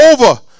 over